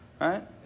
right